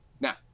now